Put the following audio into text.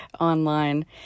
online